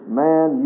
man